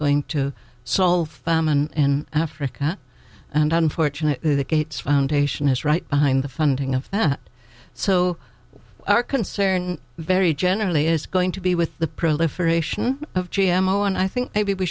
going to solve famine in africa and unfortunately the gates foundation is right behind the funding of that so our concern very generally is going to be with the proliferation of g m o and i think maybe we